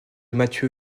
mathieu